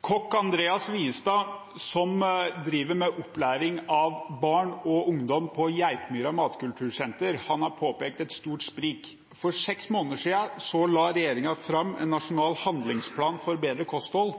Kokk Andreas Viestad, som driver med opplæring av barn og ungdom på Geitmyra matkultursenter, har påpekt et stort sprik. For seks måneder siden la regjeringen fram en nasjonal handlingsplan for bedre kosthold.